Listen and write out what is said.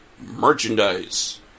Merchandise